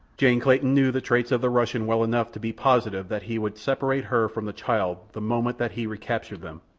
jane clayton knew the traits of the russian well enough to be positive that he would separate her from the child the moment that he recaptured them,